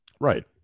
right